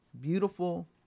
beautiful